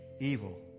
evil